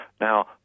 Now